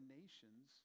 nations